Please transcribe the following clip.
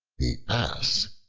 the ass,